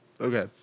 Okay